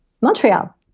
Montreal